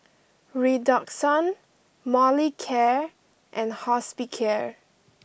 Redoxon Molicare and Hospicare